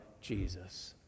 Jesus